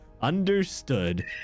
Understood